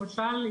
למשל,